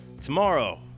Tomorrow